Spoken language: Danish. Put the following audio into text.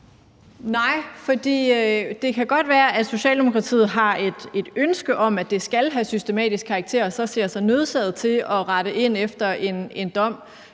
Nej, for det kan godt være, at Socialdemokratiet har et ønske om, at det skal have systematisk karakter, og så ser sig nødsaget til at rette ind efter en dom,